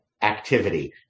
activity